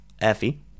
Effie